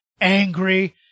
angry